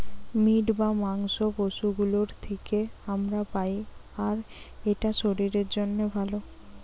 meet বা মাংস পশু গুলোর থিকে আমরা পাই আর এটা শরীরের জন্যে ভালো